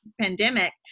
pandemic